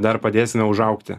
dar padėsime užaugti